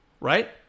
Right